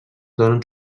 donen